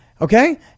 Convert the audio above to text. okay